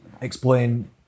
explain